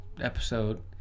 episode